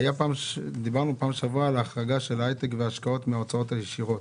דיברנו פעם שעברה על ההחרגה של ההייטק והשקעות מההוצאות הישירות.